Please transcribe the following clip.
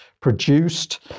produced